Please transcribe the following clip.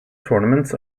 tournaments